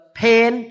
pain